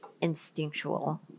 instinctual